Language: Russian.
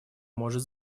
может